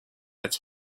its